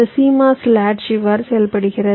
இந்த CMOS latch இவ்வாறு செயல்படுகிறது